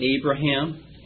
Abraham